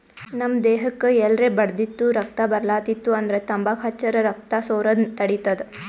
ನಮ್ ದೇಹಕ್ಕ್ ಎಲ್ರೆ ಬಡ್ದಿತ್ತು ರಕ್ತಾ ಬರ್ಲಾತಿತ್ತು ಅಂದ್ರ ತಂಬಾಕ್ ಹಚ್ಚರ್ ರಕ್ತಾ ಸೋರದ್ ತಡಿತದ್